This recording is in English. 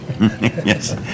Yes